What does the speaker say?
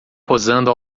posando